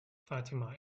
fatima